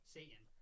Satan